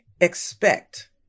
expect